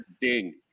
ding